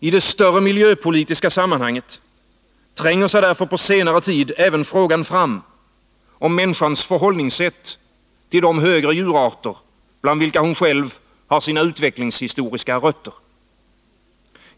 I det större miljöpolitiska sammanhanget tränger sig därför på senare tid även frågan fram om människans förhållningssätt till de högre djurarter bland vilka hon själv har sina utvecklingshistoriska rötter.